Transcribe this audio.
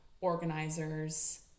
organizers